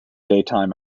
daytime